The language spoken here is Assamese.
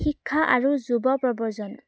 শিক্ষা আৰু যুৱ প্ৰৱৰ্জন